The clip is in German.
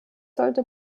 sollte